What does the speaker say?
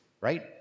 right